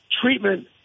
treatment